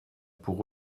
pour